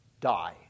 die